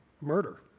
murder